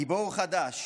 גיבור חדש